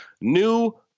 New